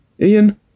Ian